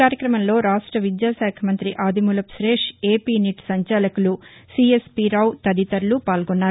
కార్యక్రమంలో రాష్ట విద్యాశాఖ మంగ్రి ఆదిమూలపు సురేష్ ఏపీ నిట్ సంచాలకులు సీఎస్పీ రావు తదితరులు పాల్గొన్నారు